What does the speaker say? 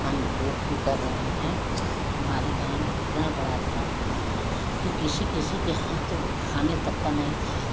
हम जो भी कर रहे हैं हमारे गाँव त इतना बड़ा था कि किसी किसी के यहाँ तो खाने तक का नहीं था